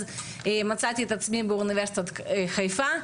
ומצאתי את עצמי באוניברסיטת חיפה,